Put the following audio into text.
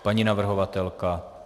Paní navrhovatelka?